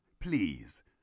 please